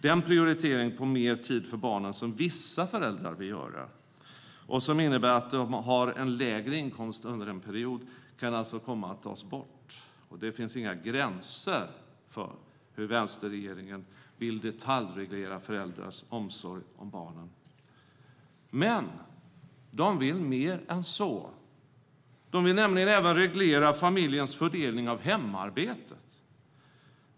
Den prioritering av mer tid med barnen som vissa föräldrar vill göra och som innebär att de har en lägre inkomst under en period kan alltså komma att tas bort. Det finns inga gränser för hur vänsterregeringen vill detaljreglera föräldrars omsorg om barnen. Men regeringen vill mer än så. Den vill nämligen även reglera familjens fördelning av hemarbetet.